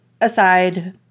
aside